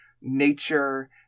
nature